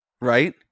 right